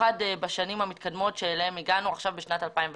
במיוחד בשנים המתקדמות שאנחנו נמצאים בהם.